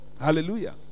hallelujah